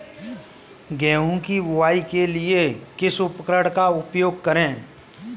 गेहूँ की बुवाई के लिए किस उपकरण का उपयोग करें?